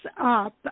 up